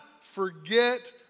forget